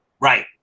right